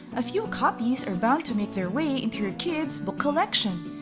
a few copies are bound to make their way into your kids' book collection.